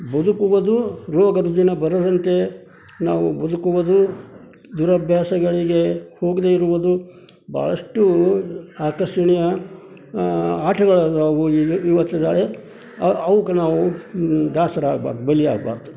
ಬದುಕುವುದು ರೋಗ ರುಜಿನ ಬರದಂತೆ ನಾವು ಬದುಕುವುದು ದುರಭ್ಯಾಸಗಳಿಗೆ ಹೋಗದೇ ಇರುವುದು ಭಾಳಷ್ಟು ಆಕರ್ಷಣೀಯ ಆಟಗಳಿದಾವು ಇವತ್ತು ನಾಳೆ ಅವುಕ್ಕೆ ನಾವು ದಾಸರಾಗಬಾರದು ಬಲಿಯಾಗಬಾರ್ದು